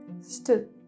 stood